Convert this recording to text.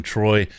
Troy